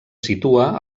situa